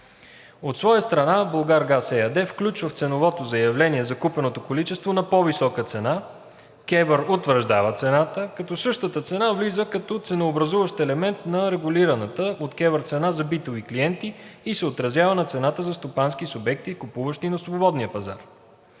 От своя страна, „Булгаргаз“ ЕАД включва в ценовото заявление закупеното количество на по-висока цена. КЕВР утвърждава цената, като същата цена влиза като ценообразуващ елемент на регулираната от КЕВР цена за битови клиенти и се отразява на цената за стопанските субекти, купуващи от свободния пазар.